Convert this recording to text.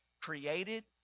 created